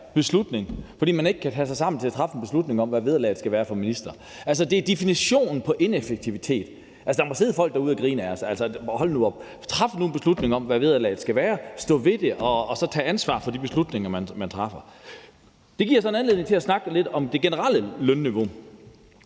fordi man ikke kan tage sig sammen til at træffe en beslutning om, hvad vederlaget skal være for ministre. Altså, det er definitionen på ineffektivitet. Der må sidde folk derude og grine af os – altså, hold nu op! Træf nu en beslutning om, hvad vederlaget skal være, stå ved det, og tag ansvar for de beslutninger, der bliver truffet. Det giver så en anledning til at snakke lidt om det generelle lønniveau.